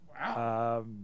Wow